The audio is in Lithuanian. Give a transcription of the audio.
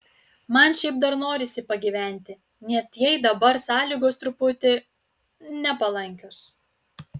man šiaip dar norisi pagyventi net jei dabar sąlygos truputį nepalankios